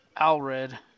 Alred